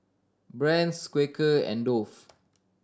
Brand's Quaker and Dove